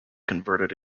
converted